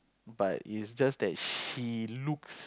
but it's just that she looks